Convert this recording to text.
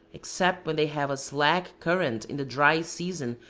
except when they have a slack current in the dry season,